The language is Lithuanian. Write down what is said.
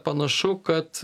panašu kad